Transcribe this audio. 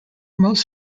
most